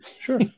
sure